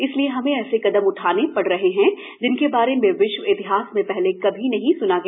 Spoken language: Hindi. इसलिए हमें ऐसे कदम उठाने पड़ रहे हैं जिनके बारे में विश्व इतिहास में पहले कभी नहीं सुना गया